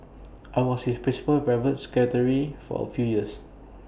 I was his principal private secretary for A few years